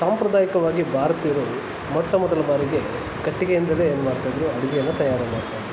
ಸಾಂಪ್ರದಾಯಿಕವಾಗಿ ಭಾರತೀಯರು ಮೊಟ್ಟ ಮೊದಲ ಬಾರಿಗೆ ಕಟ್ಟಿಗೆಯಿಂದಲೇ ಏನ್ಮಾಡ್ತಿದ್ರು ಅಡುಗೆಯನ್ನು ತಯಾರು ಮಾಡ್ತಾಯಿದ್ರು